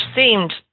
seemed